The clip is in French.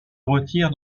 retire